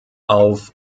auf